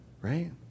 Right